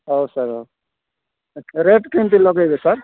ହଉ ସାର୍ ହଉ ଏ ରେଟ୍ କେମିତି ଲଗେଇବେ ସାର୍